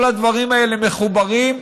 כל הדברים האלה מחוברים,